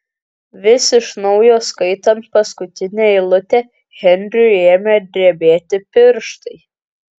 vis iš naujo skaitant paskutinę eilutę henriui ėmė drebėti pirštai